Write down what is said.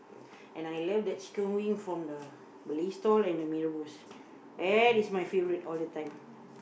and I love that chicken wing from the Malay stall and the mee-rebus that is my favourite all the time